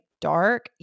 dark